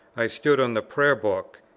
i stood on the prayer book.